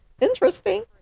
Interesting